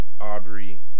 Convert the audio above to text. Aubrey